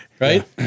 Right